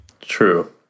true